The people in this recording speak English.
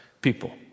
people